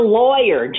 lawyer